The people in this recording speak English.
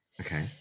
Okay